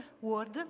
word